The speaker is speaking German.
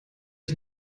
ich